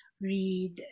read